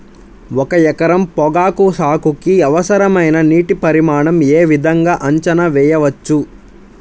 ఒక ఎకరం పొగాకు సాగుకి అవసరమైన నీటి పరిమాణం యే విధంగా అంచనా వేయవచ్చు?